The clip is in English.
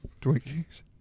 Twinkies